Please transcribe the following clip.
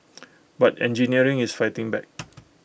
but engineering is fighting back